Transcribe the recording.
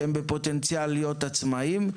שהם בפוטנציאל להיות עצמאיים.